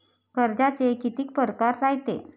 कर्जाचे कितीक परकार रायते?